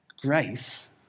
Grace